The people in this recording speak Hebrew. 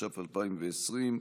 התש"ף 2020,